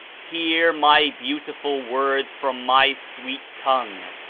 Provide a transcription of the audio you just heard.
hear my beautiful words from my sweet tongue,